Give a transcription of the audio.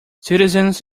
citizens